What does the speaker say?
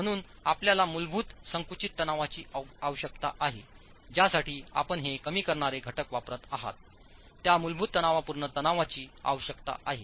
म्हणून आपल्याला मूलभूत संकुचित तणावाची आवश्यकता आहे ज्यासाठी आपण हे कमी करणारे घटक वापरत आहात त्या मूलभूत तणावपूर्ण तणावाची आवश्यकता आहे